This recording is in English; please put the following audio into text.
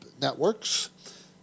networks